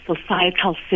societal